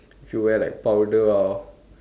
you wear like powder or